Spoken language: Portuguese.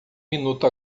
minuto